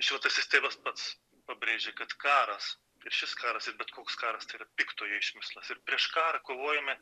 šventasis tėvas pats pabrėžė kad karas ir šis karas bet koks karas tai yra piktojo išmislas ir prieš karą kovojame